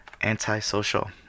anti-social